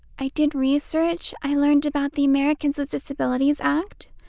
i did research. i learned about the americans with disabilities act,